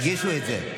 הרגישו את זה,